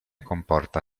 comporta